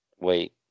Wait